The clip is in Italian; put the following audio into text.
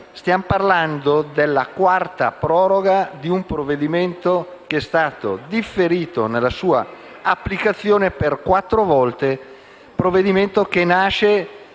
Stiamo parlando della quarta proroga di un provvedimento che è stato differito nella sua applicazione per quattro volte, un provvedimento che nasce